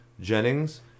Jennings